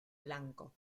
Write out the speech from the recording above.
blanco